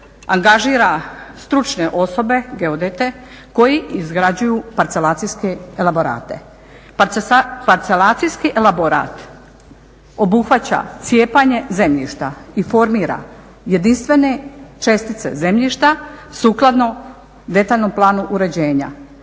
angažira stručne osobe, geodete koji izgrađuju parcelacijske elaborate. Parcelacijski elaborat obuhvaća cijepanje zemljišta i formira jedinstvene čestice zemljišta sukladno detaljnom planu uređenja,